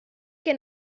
can